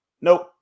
nope